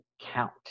count